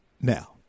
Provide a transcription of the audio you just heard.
Now